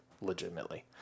legitimately